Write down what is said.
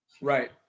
Right